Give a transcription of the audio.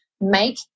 make